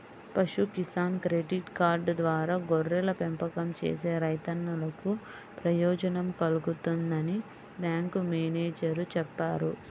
పశు Kisan credit card ద్వారా గొర్రెల పెంపకం చేసే రైతన్నలకు ప్రయోజనం కల్గుతుందని బ్యాంకు మేనేజేరు చెప్పారు